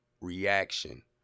reaction